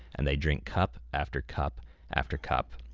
and they drink cup after cup after cup.